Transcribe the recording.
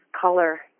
color